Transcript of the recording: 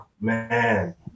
Man